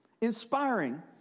Inspiring